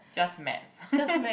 just maths